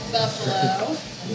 Buffalo